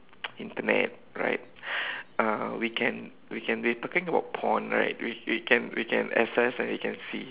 Internet right uh we can we can be talking about porn right we we can we can access and we can see